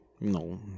no